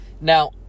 now